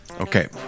Okay